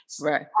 right